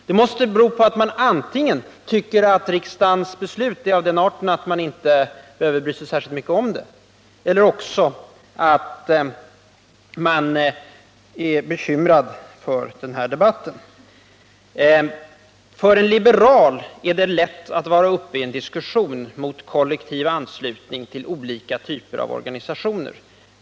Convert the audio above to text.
Det måste bero på att man antingen tycker att riksdagens beslut är av den arten att man inte behöver bry sig särskilt mycket om dem eller på att man är bekymrad för den här debatten. För en liberal är det lätt att vara uppe i en diskussion mot kollektivanslutning till olika typer av organisationer.